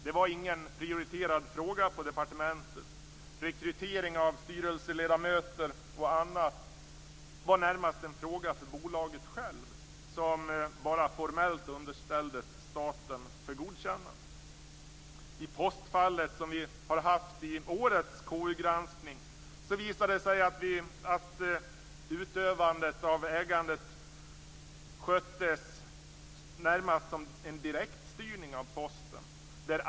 Det var ingen prioriterad fråga på departementet. Rekrytering av styrelseledamöter och annat var närmast en fråga för bolaget självt som bara formellt underställdes staten för godkännande. I postfallet, som vi har haft i årets KU-granskning, visade det sig att utövandet av ägandet sköttes närmast som en direktstyrning av Posten.